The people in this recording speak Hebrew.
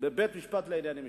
בבית-המשפט לענייני משפחה.